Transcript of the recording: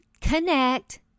connect